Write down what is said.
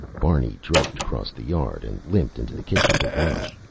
barney trudged across the yard and limped into the kitchen to wash.